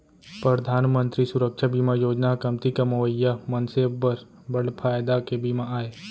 परधान मंतरी सुरक्छा बीमा योजना ह कमती कमवइया मनसे बर बड़ फायदा के बीमा आय